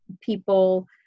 people